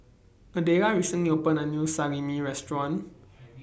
Adelia recently opened A New Salami Restaurant